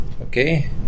Okay